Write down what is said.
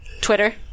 Twitter